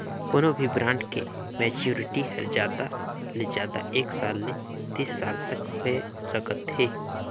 कोनो भी ब्रांड के मैच्योरिटी हर जादा ले जादा एक साल ले तीस साल तक होए सकत हे